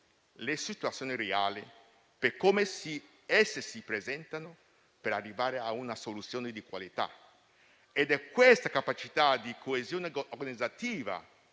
le situazioni reali per come esse si presentano per arrivare a una soluzione di qualità. È questa capacità di coesione organizzativa